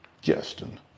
Justin